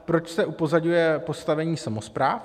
Proč se upozaďuje postavení samospráv?